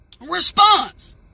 response